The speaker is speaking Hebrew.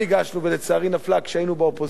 ולצערי היא נפלה כשהיינו באופוזיציה,